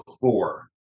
four